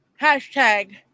Hashtag